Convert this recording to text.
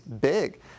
big